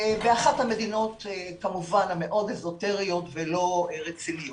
אחת המדינות המאוד אזוטריות ולא רציניות.